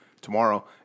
tomorrow